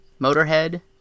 Motorhead